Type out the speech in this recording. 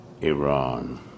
Iran